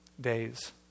Days